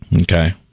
Okay